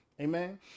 Amen